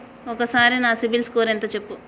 ఒక్కసారి నా సిబిల్ స్కోర్ ఎంత చెప్పు?